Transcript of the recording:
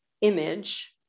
image